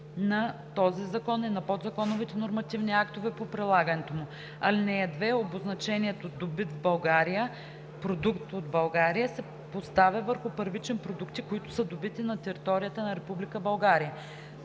на този закон и на подзаконовите нормативни актове по прилагането му. (2) Обозначението „Добит в България“/ „Продукт от България“ се поставя върху първични продукти, които са добити на територията на Република